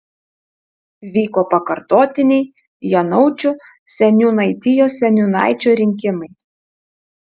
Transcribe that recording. vyko pakartotiniai janaučių seniūnaitijos seniūnaičio rinkimai